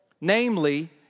Namely